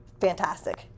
fantastic